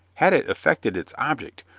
had it effected its object,